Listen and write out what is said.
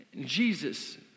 Jesus